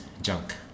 junk